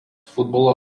futbolo